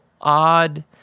odd